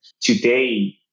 Today